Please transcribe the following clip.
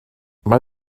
mae